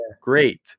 Great